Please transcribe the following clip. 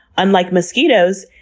unlike mosquitos,